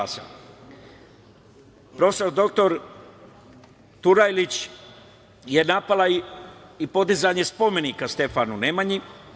Profesor dr Turajlić je napala i podizanje spomenika Stefanu Nemanji.